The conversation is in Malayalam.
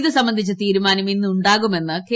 ഇതുസംബന്ധിച്ച തീരുമാനം ഇന്ന് ഉണ്ടാകുമെന്ന് കെ